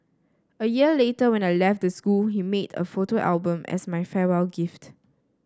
a year later when I left the school he made a photo album as my farewell gift